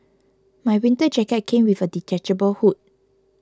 my winter jacket came with a detachable hood